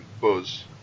buzz